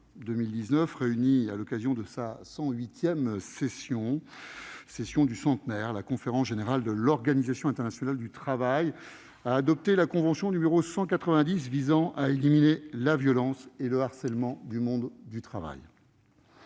2019, réunie à l'occasion de sa cent huitième session, dite session du centenaire, la conférence générale de l'Organisation internationale du travail (OIT) a adopté la convention n° 190 visant à éliminer la violence et le harcèlement dans le monde du travail.